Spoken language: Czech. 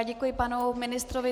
Děkuji panu ministrovi.